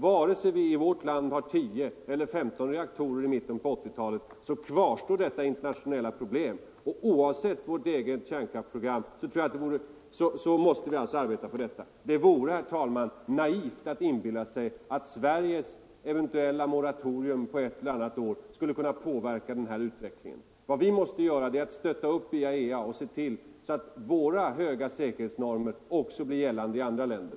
Vare sig vi i vårt land har 10 eller 15 reaktorer i mitten på 1980-talet kvarstår detta internationella problem, och oavsett vårt läge i ett kärnkraftsprogram tror jag att vi måste arbeta för detta. Det vore, herr talman, naivt att inbilla sig att Sveriges eventuella moratorium på ett eller annat år skulle kunna påverka utvecklingen. Vad vi i stället måste göra är att stötta upp IAEA och se till att våra höga säkerhetsnormer blir gällande också i andra länder.